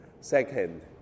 Second